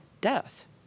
death